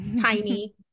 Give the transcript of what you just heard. tiny